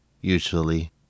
usually